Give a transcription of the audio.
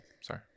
Sorry